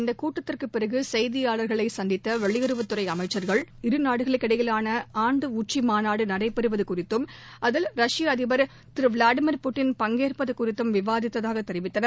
இந்தக் கூட்டத்திற்கு பிறகு செய்தியாளர்களை சந்தித்த வெளியுறவுத் துறை அமைச்சர்கள் இருநாடுகளுக்கிடையிலான ஆண்டு உச்சி மாநாடு நடைபெறுவது குறித்தும் அதில் ரஷ்ய அதிபர் திரு விலாடிமிர் புடின் பங்கேற்பது குறித்தும் விவாதித்ததாக தெரிவித்தனர்